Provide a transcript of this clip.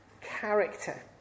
character